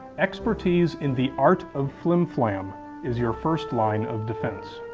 expertise in the art of flim flam is your first line of defense.